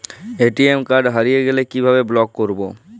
ATM card হারিয়ে গেলে কিভাবে ব্লক করবো?